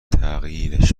تغییرش